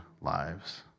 lives